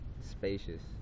Spacious